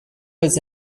was